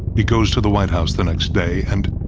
he goes to the white house the next day and,